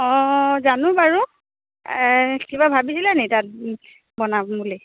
অঁ জানো বাৰু কিবা ভাবিছিলে নি তাত বনাম বুলি